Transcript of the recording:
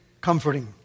Comforting